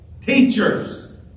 Teachers